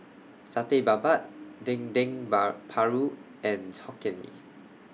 Satay Babat Dendeng Paru and Hokkien Mee